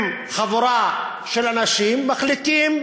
אם חבורה של אנשים מחליטה,